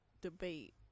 debate